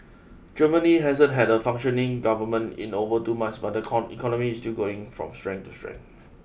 Germany hasn't had a functioning government in over two months but the con economy is still going from strength to strength